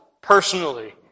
personally